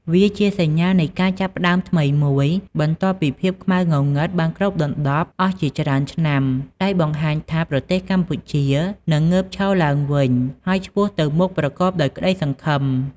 វាជាសញ្ញានៃការចាប់ផ្ដើមថ្មីមួយ បន្ទាប់ពីភាពខ្មៅងងឹតបានគ្របដណ្តប់អស់ជាច្រើនឆ្នាំ ដោយបង្ហាញថា ប្រទេសកម្ពុជានឹងងើបឈរឡើងវិញ ហើយឆ្ពោះទៅមុខប្រកបដោយក្តីសង្ឃឹម។